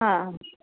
हा